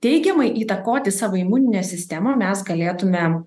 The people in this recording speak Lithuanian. teigiamai įtakoti savo imuninę sistemą mes galėtume